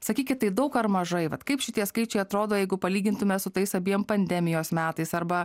sakykit tai daug ar mažai vat kaip šitie skaičiai atrodo jeigu palygintume su tais abiem pandemijos metais arba